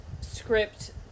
script